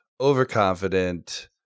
overconfident